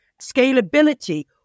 scalability